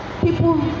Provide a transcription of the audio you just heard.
people